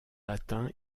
latin